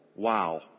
Wow